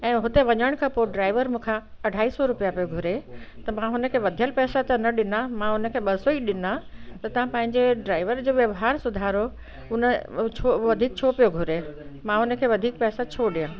ऐं हुते वञण खां पोइ ड्राईवर मूंखां अढाई सौ रुपिया पो घुरे त मां हुनखे वधियल पैसा त न ॾिना मां उनखे ॿ सौ ई ॾिना त तव्हां पंहिंजे ड्राइवर जो व्यवहार सुधारियो उन व वधीक छो पियो घुरे मां उनखे वधीक पैसा छो ॾियां